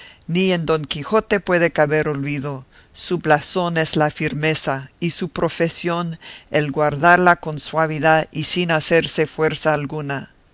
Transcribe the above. ni en don quijote puede caber olvido su blasón es la firmeza y su profesión el guardarla con suavidad y sin hacerse fuerza alguna